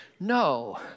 No